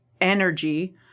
energy